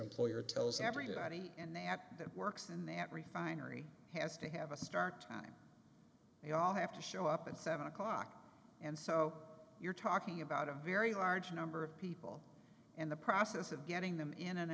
employer tells everybody and they act that works and that refinery has to have a start time they all have to show up at seven o'clock and so you're talking about a very large number of people and the process of getting them in and